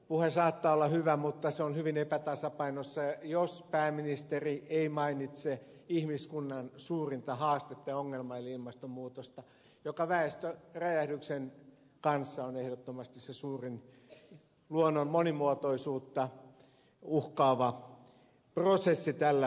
puhe saattaa olla hyvä mutta se on hyvin epätasapainossa jos pääministeri ei mainitse ihmiskunnan suurinta haastetta ja ongelmaa eli ilmastonmuutosta joka väestöräjähdyksen kanssa on ehdottomasti se suurin luonnon monimuotoisuutta uhkaava prosessi tällä planeetalla